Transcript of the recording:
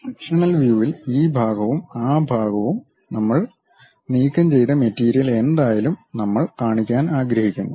sectional വ്യൂവിൽ ഈ ഭാഗവും ആ ഭാഗവും നമ്മൾ നീക്കംചെയ്ത മെറ്റീരിയൽ എന്തായാലും നമ്മൾ കാണിക്കാൻ ആഗ്രഹിക്കുന്നു